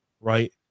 right